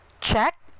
check